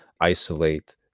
isolate